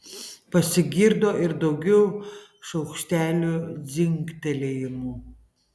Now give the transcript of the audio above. pasigirdo ir daugiau šaukštelių dzingtelėjimų